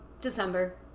December